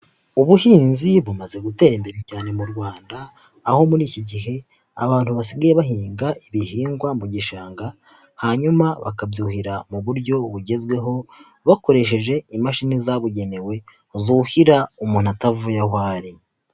Ubuhinzi bumaze gutera imbere cyane mu Rwanda aho muri iki gihe abantu basigaye bahinga ibihingwa mu gishanga hanyuma bakabyuhira mu buryo bugezweho bakoresheje imashini zabugenewe zuhira umuntu atavuye aho ari.